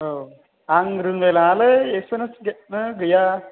औ आं रोंलाय लाङालै इक्सपेरियेन्सआनो गैया